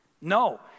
No